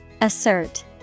Assert